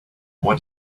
what